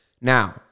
Now